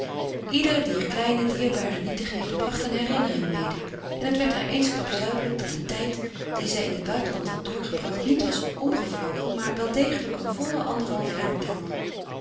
ieder der kleine dierbare nietigheden bracht een herinnering mede en het werd haar eensklaps duidelijk dat de tijd dien zij in het buitenland had doorgebracht niet was omgevlogen maar wel degelijk eene volle anderhalf jaar telde